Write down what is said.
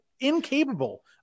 incapable